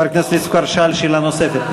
חבר הכנסת כבר שאל שאלה נוספת.